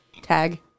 Tag